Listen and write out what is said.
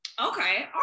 Okay